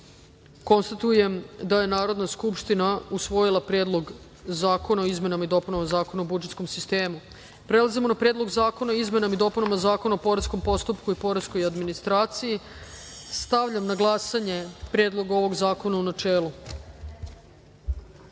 poslanika. Narodna skupština je usvojila Predlog zakona o izmenama i dopunama Zakona o budžetskom sistemu. Prelazimo na Predlog zakona o izmenama i dopunama Zakona o poreskom postupku i poreskoj administraciji. Stavljam na glasanje Predlog zakona u